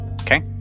Okay